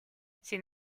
sin